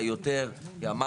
מה יותר ומה פחות.